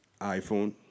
iPhone